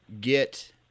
get